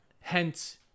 hence